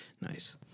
Nice